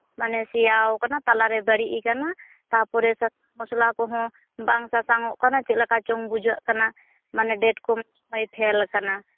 ᱢᱟᱱᱮ ᱥᱮᱭᱟᱣᱟᱠᱟᱱᱟ ᱛᱟᱞᱟᱨᱮ ᱵᱟᱹᱲᱤᱡ ᱟᱠᱟᱱᱟ ᱛᱟᱨᱯᱚᱨᱮ ᱥᱟᱥᱟᱝ ᱢᱚᱥᱞᱟ ᱠᱚᱦᱚᱸ ᱵᱟᱝ ᱥᱟᱥᱟᱝᱚᱜ ᱠᱟᱱᱟ ᱪᱮᱫᱞᱮᱠᱟ ᱪᱚᱝ ᱵᱩᱡᱷᱟᱹᱜ ᱠᱟᱱᱟ ᱢᱟᱱᱮ ᱰᱮᱴᱠᱚ ᱢᱚᱱᱮ ᱦᱚᱭ ᱯᱷᱮᱞᱟᱠᱟᱱᱟ